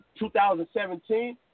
2017